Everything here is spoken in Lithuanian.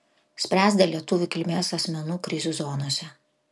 spręs dėl lietuvių kilmės asmenų krizių zonose